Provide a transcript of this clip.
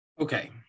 Okay